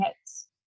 hits